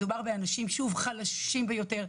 מדובר באנשים חלשים ביותר,